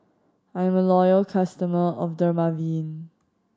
I am a loyal customer of Dermaveen